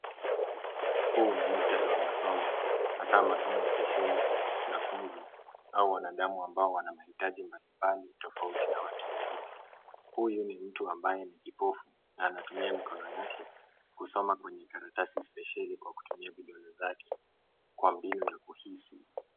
Huu ni muktadha wa masomo, hasa masomo spesheli kwa wanafunzi au wanadamu wenye mahitaji tofauti na watu wengine. Huyu ni mtu ambaye ni kipofu na anatumia mikono yake kusoma kwenye karatasi spesheli kwa kutumia vidole zake kwa mbinu ya kuhisi.